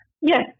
Yes